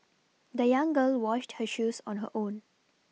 the young girl washed her shoes on her own